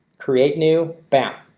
create new bound.